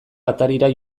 atarira